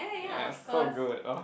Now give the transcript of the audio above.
ya so good oh